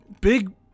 big